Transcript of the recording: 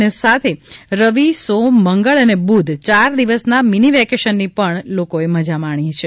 અને સાથે રવિ સોમ મંગળ અને બુધ ચાર દિવસના મીની વેકેશન ની પણ મજા માણી છે